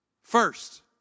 first